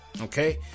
okay